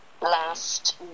last